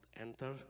enter